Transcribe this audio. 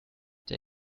der